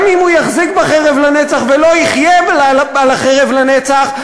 גם אם הוא יחזיק בחרב לנצח ולא יחיה על החרב לנצח,